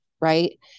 Right